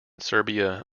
serbia